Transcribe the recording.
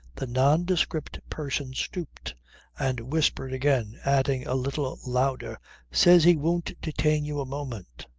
the nondescript person stooped and whispered again, adding a little louder says he won't detain you a moment.